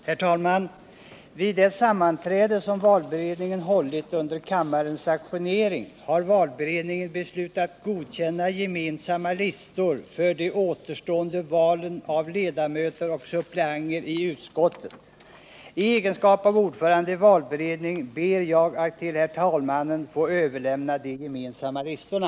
Herr talman! Vid det sammanträde som valberedningen hållit under kammarens ajournering har valberedningen beslutat godkänna gemensamma listor för de återstående valen av ledamöter och suppleanter i utskotten. I egenskap av ordförande i valberedningen ber jag att till herr talmannen få överlämna de gemensamma listorna.